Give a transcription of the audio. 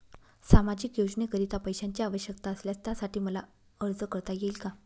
सामाजिक योजनेकरीता पैशांची आवश्यकता असल्यास त्यासाठी मला अर्ज करता येईल का?